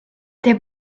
der